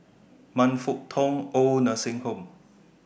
Man Fut Tong Oid Nursing Home